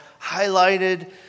highlighted